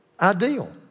ideal